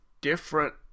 different